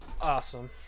Awesome